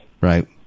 Right